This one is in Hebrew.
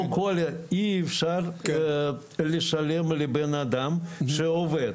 אי אפשר לשלם לבנאדם, שעובד.